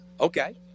Okay